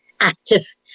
active